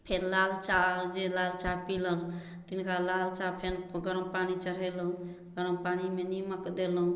फेर लाल चाह जे लाल चाह पिलक तिनका लाल चाह फेर गरम पानि चढ़ेलहुँ गरम पानिमे निम्मक देलहुँ